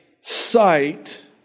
sight